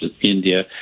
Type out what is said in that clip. india